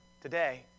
today